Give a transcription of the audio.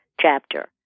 chapter